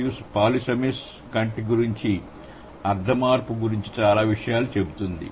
మరియు పాలిసెమిస్ కంటి గురించిన అర్థ మార్పు గురించి చాలా విషయాలు చెబుతుంది